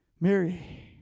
Mary